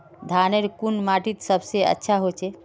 धानेर कुन माटित सबसे अच्छा होचे?